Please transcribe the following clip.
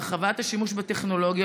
הרחבת השימוש בטכנולוגיה,